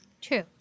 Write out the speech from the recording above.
True